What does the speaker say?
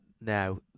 now